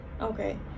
Okay